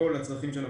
לכל הצרכים של המחוז.